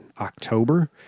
October